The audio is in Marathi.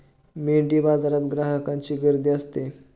मेंढीबाजारात ग्राहकांची गर्दी असते